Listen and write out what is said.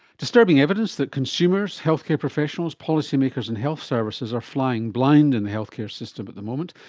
disturbing evidence that consumers, healthcare professionals, policymakers and health services are flying blind in the health care system at the moment,